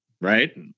Right